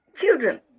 children